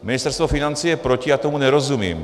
Ministerstvo financí je proti a já tomu nerozumím.